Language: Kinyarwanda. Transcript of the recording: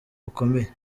bukomeye